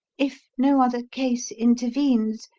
if no other case intervenes,